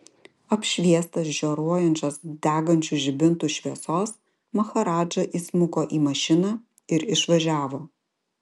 apšviestas žioruojančios degančių žibintų šviesos maharadža įsmuko į mašiną ir išvažiavo